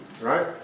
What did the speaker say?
right